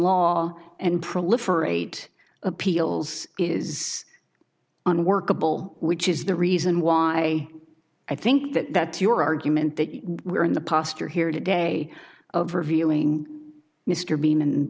law and proliferate appeals is unworkable which is the reason why i think that that your argument that we're in the posture here today of reviewing mr bean and